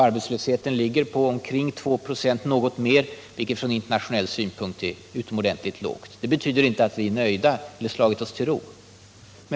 Arbetslösheten ligger på något mer än 2 96, vilket från internationell synpunkt är en utomordentligt låg siffra. Det betyder inte att vi slagit oss till ro.